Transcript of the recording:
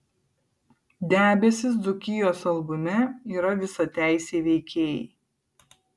debesys dzūkijos albume yra visateisiai veikėjai